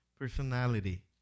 personality